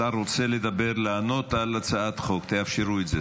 השר רוצה לענות על הצעת החוק, תאפשרו את זה.